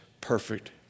perfect